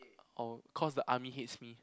oh cause the army hates me